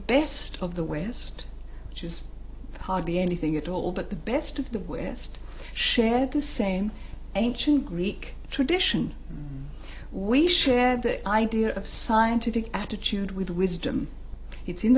best of the west which is hardly anything at all but the best of the west share the same ancient greek tradition we share the idea of scientific attitude with wisdom it's in